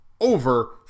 Over